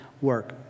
work